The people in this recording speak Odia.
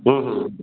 ହୁଁ ହୁଁ